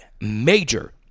major